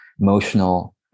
emotional